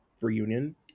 reunion